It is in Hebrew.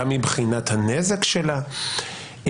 גם מבחינת הנזק שלה.